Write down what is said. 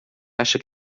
acha